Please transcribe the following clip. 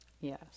yes